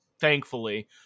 Thankfully